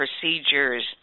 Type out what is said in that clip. procedures